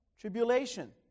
tribulation